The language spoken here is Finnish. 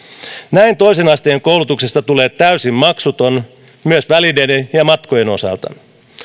näin toisen asteen koulutuksesta tulee täysin maksuton myös välineiden ja matkojen osalta